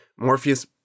Morpheus